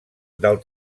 del